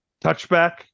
Touchback